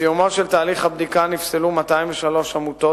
בסיומו של תהליך הבדיקה נפסלו 203 עמותות